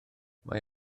mae